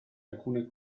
alcune